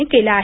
ने केला आहे